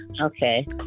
okay